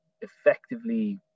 effectively